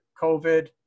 COVID